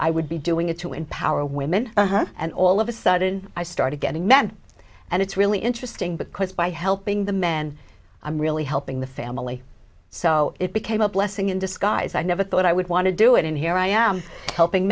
i would be doing it to empower women and all of a sudden i started getting men and it's really interesting because by helping the men i'm really helping the family so it became a blessing in disguise i never thought i would want to do it and here i am helping